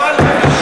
משאל עם.